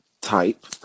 type